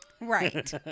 Right